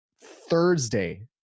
thursday